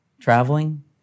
traveling